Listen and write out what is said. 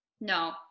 No